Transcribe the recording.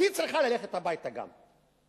אז היא צריכה ללכת הביתה גם,